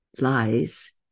lies